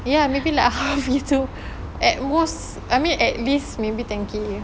ya maybe like half gitu at most I mean at least maybe ten K